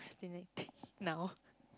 procrastinating now